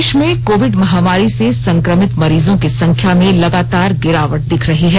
देश में कोविड महामारी से संक्रमित मरीजों की संख्या में लगातार गिरावट दिख रही है